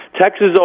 Texas